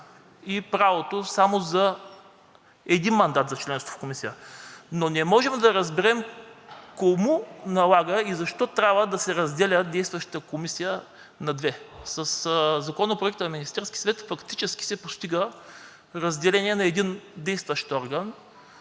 и правото само един мандат за членство в Комисията. Не може да разберем кому налага и защо трябва да се разделя действащата комисия на две? Със Законопроекта на Министерския съвет фактически се постига разделение на един действащ орган